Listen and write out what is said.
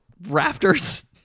rafters